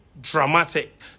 Dramatic